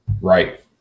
Right